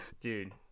Dude